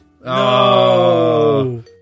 No